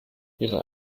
ihre